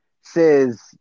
Says